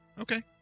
okay